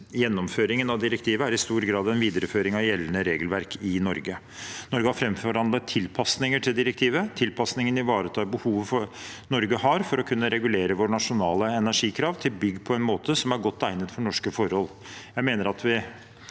Gjennomføringen av direktivet er i stor grad en videreføring av gjeldende regelverk i Norge. Norge har framforhandlet tilpasninger til direktivet. Tilpasningene ivaretar behovet Norge har for å kunne regulere våre nasjonale energikrav til bygg på en måte som er godt egnet for norske forhold.